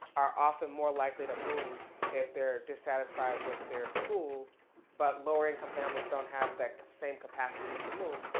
are often more likely to move if they're dissatisfied with their school but lower income families don't have that same capacity to move,